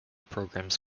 programs